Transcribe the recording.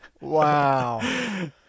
Wow